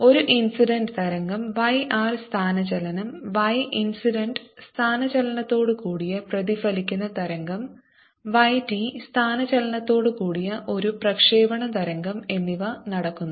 ഒരു ഇൻസിഡന്റ് തരംഗം y r സ്ഥാനചലനം y ഇൻസിഡന്റ് സ്ഥാനചലനത്തോടുകൂടിയ പ്രതിഫലിക്കുന്ന തരംഗം y t സ്ഥാനചലനത്തോടുകൂടിയ ഒരു പ്രക്ഷേപണ തരംഗം എന്നിവ നടക്കുന്നു